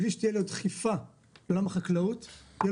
בלי שתהיה לו דחיפה לעולם החקלאות יהיה